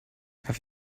have